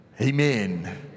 Amen